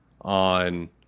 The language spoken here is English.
on